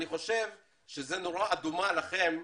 אני חושב שזו נורה אדומה לכם,